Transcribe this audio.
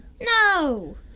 No